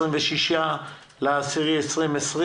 26 באוקטובר 2020,